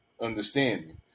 understanding